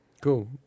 Cool